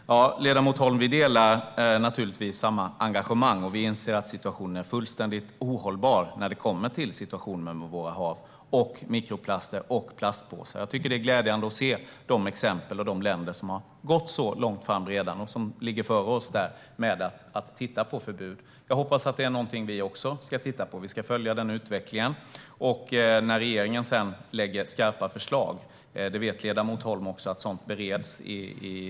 Herr talman! Ja, ledamot Holm, vi delar naturligtvis samma engagemang. Vi inser att situationen är fullständigt ohållbar när det gäller våra hav, mikroplaster och plastpåsar. Det är glädjande att se exemplen från de länder som redan har gått långt och ligger före Sverige i fråga om förbud. Jag hoppas att det är något vi också ska titta på. Vi ska följa utvecklingen. Ledamot Holm vet att regeringen bereder frågan och ska lägga fram skarpa förslag.